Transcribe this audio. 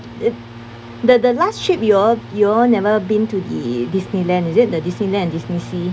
if the the last trip y'all y'all never been to the disneyland is it the disneyland in disneysea